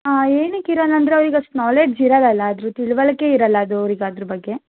ಏನಕ್ಕಿರಲ್ಲ ಅಂದರೆ ಅವರಿಗೆ ಅಷ್ಟು ನಾಲೆಜ್ ಇರಲ್ಲ ಅಲ್ವಾ ಅದರ ತಿಳುವಳಿಕೆ ಇರಲ್ಲ ಅದು ಅವರಿಗೆ ಅದರ ಬಗ್ಗೆ